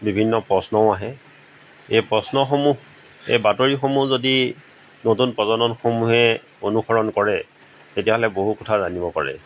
বিভিন্ন প্ৰশ্নও আহে এই প্ৰশ্নসমূহ এই বাতৰিসমূহ যদি নতুন প্ৰজন্মসমূহে অনুসৰণ কৰে তেতিয়াহ'লে বহু কথা জানিব পাৰে